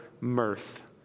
mirth